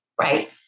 Right